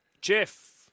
Jeff